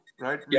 right